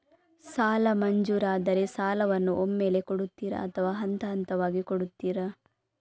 ಸಾಲ ಮಂಜೂರಾದರೆ ಸಾಲವನ್ನು ಒಮ್ಮೆಲೇ ಕೊಡುತ್ತೀರಾ ಅಥವಾ ಹಂತಹಂತವಾಗಿ ಕೊಡುತ್ತೀರಾ?